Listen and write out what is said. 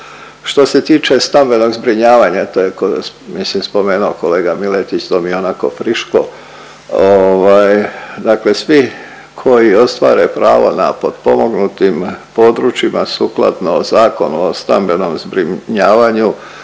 Što se tiče stambenog zbrinjavanja, to je mislim spomenuo kolega Miletić, to mi je onako friško, ovaj dakle svi koji ostvare pravo na potpomognutim područjima sukladno Zakonu o stambenom zbrinjavanju